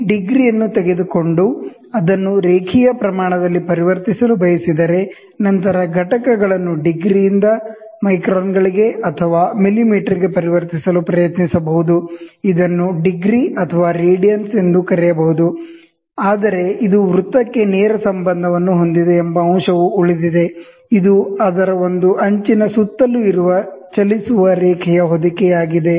ಈ ಡಿಗ್ರಿಯನ್ನು ತೆಗೆದುಕೊಂಡು ಅದನ್ನು ರೇಖೀಯ ಪ್ರಮಾಣ ದಲ್ಲಿ ಪರಿವರ್ತಿಸಲು ಬಯಸಿದರೆ ನಂತರ ಘಟಕಗಳನ್ನು ಡಿಗ್ರಿಯಿಂದ ಮೈಕ್ರಾನ್ ಗಳಿಗೆ ಅಥವಾ ಮಿಲಿಮೀಟರ್ ಗೆ ಪರಿವರ್ತಿಸಲು ಪ್ರಯತ್ನಿಸಬಹುದು ಇದನ್ನು ಡಿಗ್ರಿ ಅಥವಾ ರೇಡಿಯನ್ಸ್ ಎಂದು ಕರೆಯಬಹುದು ಆದರೆ ಇದು ವೃತ್ತಕ್ಕೆ ನೇರ ಸಂಬಂಧವನ್ನು ಹೊಂದಿದೆ ಎಂಬ ಅಂಶವು ಉಳಿದಿದೆ ಇದು ಅದರ ಒಂದು ಅಂಚಿನ ಸುತ್ತಲೂ ಚಲಿಸುವ ರೇಖೆಯ ಹೊದಿಕೆ ಆಗಿದೆ